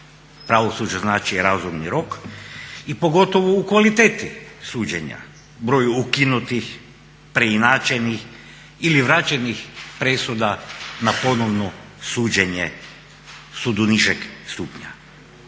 pravosuđu znači razumni rok i pogotovo u kvaliteti suđenja, broju ukinutih, preinačenih ili vraćenih presuda na ponovno suđenje sudu nižeg stupnja.